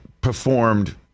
performed